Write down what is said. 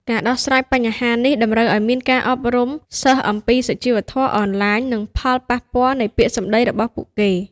ការដោះស្រាយបញ្ហានេះតម្រូវឲ្យមានការអប់រំសិស្សអំពីសុជីវធម៌អនឡាញ និងផលប៉ះពាល់នៃពាក្យសម្ដីរបស់ពួកគេ។